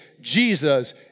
Jesus